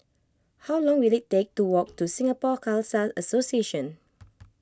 how long will it take to walk to Singapore Khalsa Association